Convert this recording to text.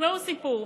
תשמעו סיפור.